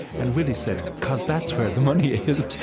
and willie said, because that's where the money is.